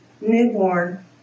newborn